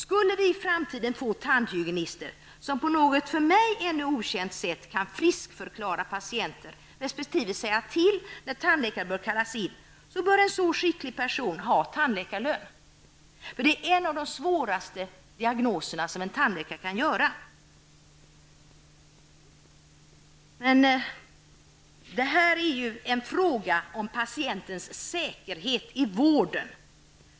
Skulle vi i framtiden få tandhygienister som på något för mig ännu okänt sätt kan friskförklara patienter resp. säga till när tandläkare bör kallas in, anser jag att en så skicklig person borde ha tandläkarlön. Det handlar om en av de svåraste diagnoser som en tandläkare har att göra. Det här är en fråga om patientens säkerhet i vården.